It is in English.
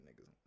niggas